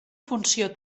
funció